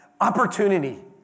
opportunity